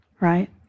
right